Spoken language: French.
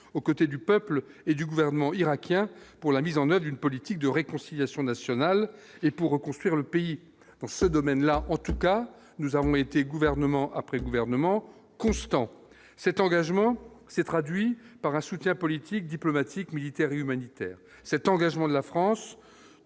aux côtés du peuple et du gouvernement irakien pour la mise en Inde, une politique de réconciliation nationale et pour reconstruire le pays dans ce domaine-là, en tout cas, nous avons été, gouvernement après gouvernement constant cet engagement s'est traduit par un soutien politique, diplomatique, militaire et humanitaire, cet engagement de la France